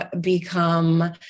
become